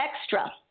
extra